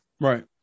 Right